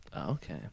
Okay